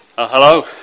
Hello